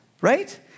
Right